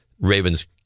Ravens